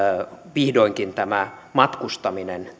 vihdoinkin tämä matkustaminen